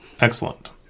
excellent